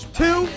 two